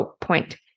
point